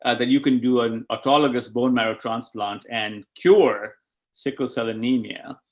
ah, that you can do an autologous bone marrow transplant and cure sickle cell anemia.